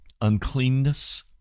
uncleanness